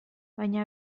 baina